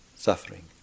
suffering